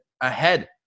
ahead